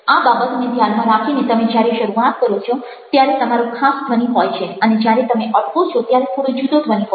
આ બાબતને ધ્યાનમાં રાખીને તમે જ્યારે શરૂઆત કરો છો ત્યારે તમારો ખાસ ધ્વનિ હોય છે અને જ્યારે તમે અટકો છો ત્યારે થોડો જુદો ધ્વનિ હોય છે